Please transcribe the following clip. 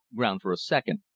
ground for a second,